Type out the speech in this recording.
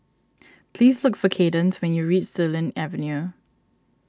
please look for Kaydence when you reach Xilin Avenue